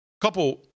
Couple